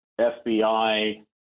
FBI